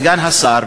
סגן השר,